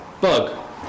bug